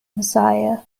messiah